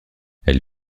elle